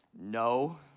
no